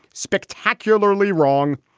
spectacularly wrong.